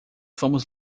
fomos